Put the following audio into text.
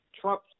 Trump